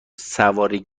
سواری